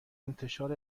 انتشار